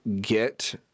get